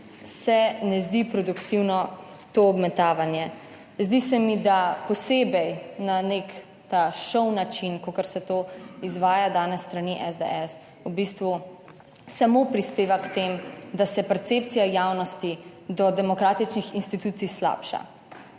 se ne zdi produktivno to obmetavanje. Zdi se mi, da posebej na nek ta šov način, kakor se to izvaja danes s strani SDS, v bistvu samo prispeva k temu, da se percepcija javnosti do demokratičnih institucij slabša.